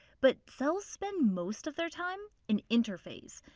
but cells spend most of their time in interphase.